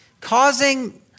causing